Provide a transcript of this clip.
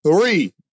three